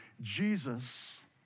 Jesus